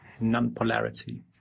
non-polarity